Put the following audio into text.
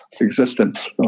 existence